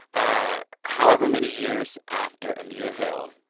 ah how ever many years after anita hill,